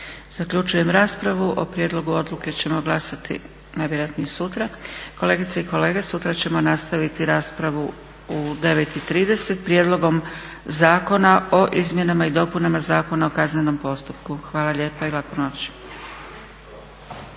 Zaključujem raspravu. O prijedlogu odluke ćemo glasati najvjerojatnije sutra. Kolegice i kolege, sutra ćemo nastaviti raspravu u 9,30 Prijedlogom zakona o izmjenama i dopunama Zakona o kaznenom postupku. Hvala lijepa i laku noć!